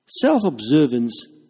Self-observance